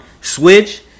Switch